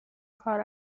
کار